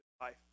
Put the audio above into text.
life